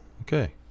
Okay